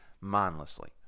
mindlessly